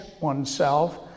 oneself